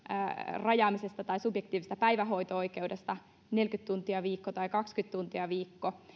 rajaamisesta tai subjektiivisesta päivähoito oikeudesta neljäkymmentä tuntia viikko tai kaksikymmentä tuntia viikko